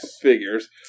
figures